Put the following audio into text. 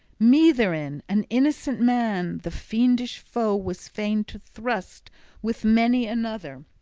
me therein, an innocent man, the fiendish foe was fain to thrust with many another.